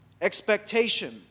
expectation